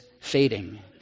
fading